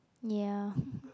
ya